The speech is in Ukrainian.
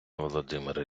володимире